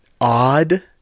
odd